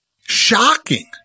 Shocking